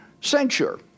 censure